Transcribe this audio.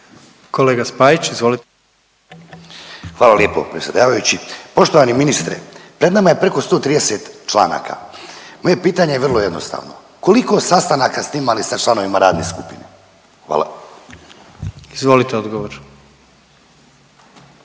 **Spajić, Daniel (DP)** Hvala lijepo predsjedavajući. Poštovani ministre, pred nama je preko 130 članaka, moje pitanje je vrlo jednostavno. Koliko sastanaka ste imali sa članovima radne skupine? Hvala. **Jandroković,